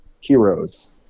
heroes